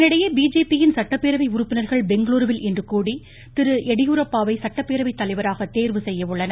இதனிடையே பிஜேபி யின் சட்டப்பேரவை உறுப்பினர்கள் பெங்களூருவில் இன்று கூடி திரு எடியூரப்பாவை சட்டப்பேரவை தலைவராக தேர்வு செய்யஉள்ளனர்